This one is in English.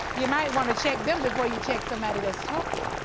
you might wanna check them before you check somebody that's talking.